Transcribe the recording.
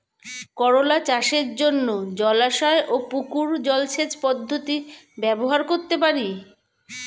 করোলা চাষের জন্য জলাশয় ও পুকুর জলসেচ পদ্ধতি ব্যবহার করতে পারি?